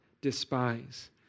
despise